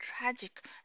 tragic